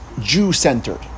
Jew-centered